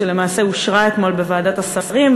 שלמעשה אושרה אתמול בוועדת השרים,